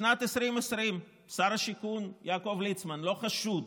בשנת 2020, שר השיכון יעקב ליצמן לא חשוד